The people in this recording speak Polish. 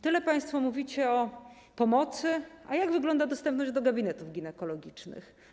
Tyle państwo mówicie o pomocy, a jak wygląda dostępność gabinetów ginekologicznych?